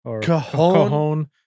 Cajon